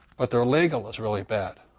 but their legal is really bad.